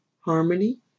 harmony